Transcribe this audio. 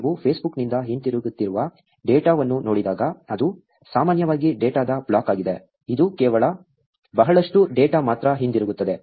ನೀವು ಫೇಸ್ಬುಕ್ನಿಂದ ಹಿಂತಿರುಗುತ್ತಿರುವ ಡೇಟಾವನ್ನು ನೋಡಿದಾಗ ಅದು ಸಾಮಾನ್ಯವಾಗಿ ಡೇಟಾದ ಬ್ಲಾಕ್ ಆಗಿದೆ ಇದು ಕೇವಲ ಬಹಳಷ್ಟು ಡೇಟಾ ಮಾತ್ರ ಹಿಂತಿರುಗುತ್ತದೆ